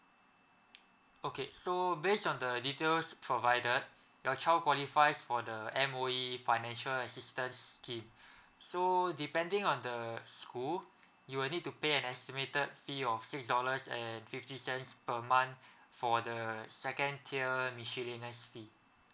okay so based on the details provided your child qualifies for the M_O_E financial assistance scheme so depending on the school you will need to pay an estimated fee of six dollars and fifty cents per month for the second tier miscellaneous fee